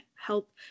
help